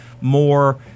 more